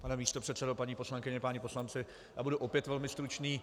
Pane místopředsedo, paní poslankyně, páni poslanci, budu opět velmi stručný.